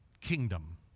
kingdom